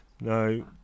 No